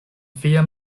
via